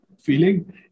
feeling